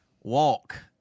walk